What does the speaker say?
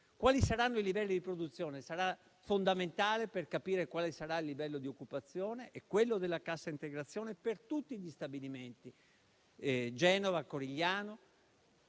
Quali saranno i livelli di produzione? Questo sarà fondamentale per capire quale sarà il livello di occupazione e quello della cassa integrazione per tutti gli stabilimenti: Genova Corigliano,